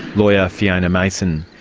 lawyer fiona mason.